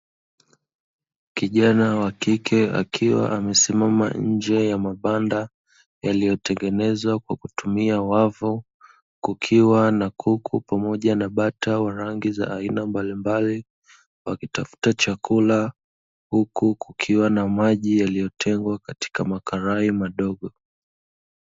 Kijana wa kike akiwa amesimama nje ya mabanda yaliyotengenezwa kwa kutumia wavu, kukiwa na kuku pamoja na bata wa rangi za aina mbalimbali, wakitafuta chakula huku kukiwa na maji yaliyotengwa katika makarai madogo.